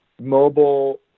mobile